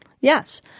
Yes